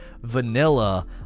Vanilla